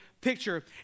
picture